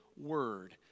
word